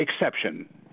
exception